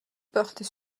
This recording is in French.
portent